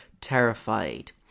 terrified